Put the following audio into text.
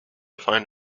find